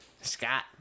Scott